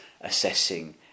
assessing